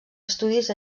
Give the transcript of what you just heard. estudis